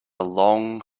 long